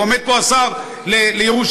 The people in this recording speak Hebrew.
ועומד פה השר לירושלים,